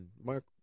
Mark